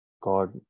God